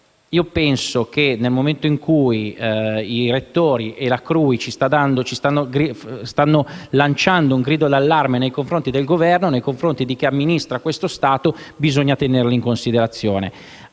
Penso che, nel momento in cui i rettori e la CRUI stanno lanciando un grido d'allarme nei confronti del Governo e di chi amministra questo Stato, bisogna tenerlo in considerazione,